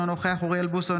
אינו נוכח אוריאל בוסו,